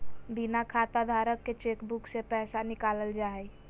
बिना खाताधारक के चेकबुक से पैसा निकालल जा हइ